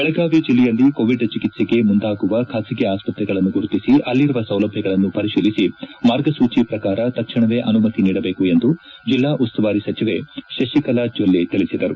ಬೆಳಗಾವಿ ಜಿಲ್ಲೆಯಲ್ಲಿ ಕೋವಿಡ್ ಚಿಕಿತ್ಸೆಗೆ ಮುಂದಾಗುವ ಖಾಸಗಿ ಆಸ್ಪತ್ರೆಗಳನ್ನು ಗುರುತಿಸಿ ಅಲ್ಲಿರುವ ಸೌಲಭ್ವಗಳನ್ನು ಪರಿಶೀಲಿಸಿ ಮಾರ್ಗಸೂಚಿ ಪ್ರಕಾರ ತಕ್ಷಣವೇ ಅನುಮತಿ ನೀಡಬೇಕು ಎಂದು ಜಿಲ್ಲಾ ಉಸ್ತುವಾರಿ ಸಚಿವೆ ಶತಿಕಲಾ ಜೊಲ್ಲೆ ತಿಳಿಸಿದರು